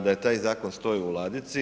Da je taj zakon stoji u ladici.